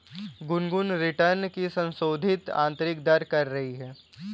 Gungun return की संशोधित आंतरिक दर कर रही है